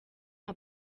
nta